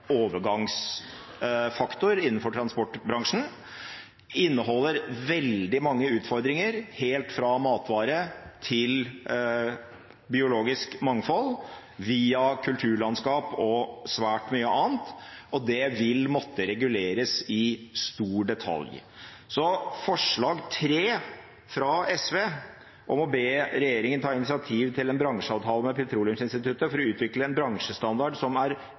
overgangsfaktor innenfor transportbransjen, inneholder veldig mange utfordringer, helt fra matvare til biologisk mangfold via kulturlandskap og svært mye annet, og det vil måtte reguleres i stor detalj. Så forslag 3 i representantforslaget fra SV, om å be regjeringen «ta initiativ til en bransjeavtale med Norsk Petroleumsinstitutt for å utvikle en bransjestandard som er bedre enn minstekravene i EUs bærekraftskriterier», er